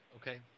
Okay